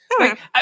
Okay